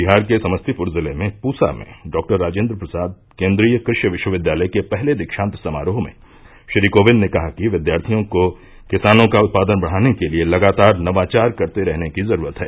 बिहार के समस्तीपूर जिले में पूसा में डॉ राजेन्द्र प्रसाद केन्द्रीय कृषि विश्वविद्यालय के पहले दीक्षात समारोह में श्री कोविंद ने कहा कि विद्यार्थियों को किसानों का उत्पादन बढ़ाने के लिए लगातार नवाचार करते रहने की जरूरत है